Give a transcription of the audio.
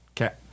Okay